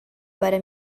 para